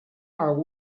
are